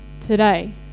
today